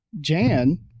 Jan